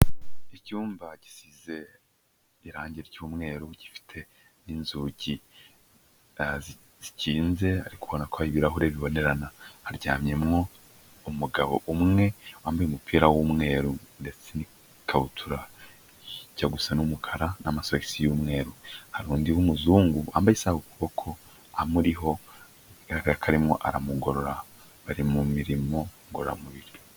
Icyumba gisize irangi ry'umweru, gifite n'inzugi zikinze ariko ubona ko ari ibirahure bibonerana, haryamye mo umugabo umwe wambaye umupira w'umweru, ndetse n'ikabutura ijya gusa n'umukara, n'amasogisi y'umweru, hari undi w'umuzungu wambaye isaha ku kuboko, amuriho, bigaragara ko arimo aramugorora, bari mu mirimo ngororamubiri.